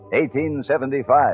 1875